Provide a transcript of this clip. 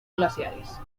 glaciares